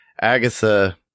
agatha